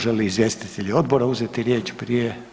Želi li izvjestitelj odbora uzeti riječ prije?